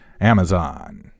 Amazon